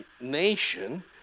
nation